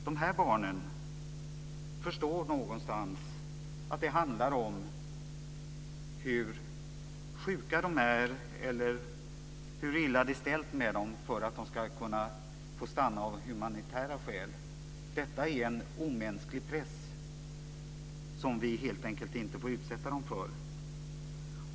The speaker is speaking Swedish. De här barnen förstår någonstans att det för att de ska kunna få stanna av humanitära skäl handlar om hur sjuka de är eller hur illa det är ställt med dem. Detta är en omänsklig press som vi helt enkelt inte får utsätta dem för.